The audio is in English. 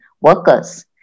workers